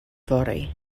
fory